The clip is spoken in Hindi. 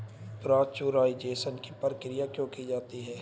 पाश्चुराइजेशन की क्रिया क्यों की जाती है?